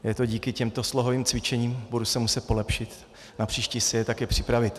Je to díky těmto slohovým cvičením, budu se muset polepšit, napříště si je také připravit.